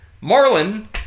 Marlin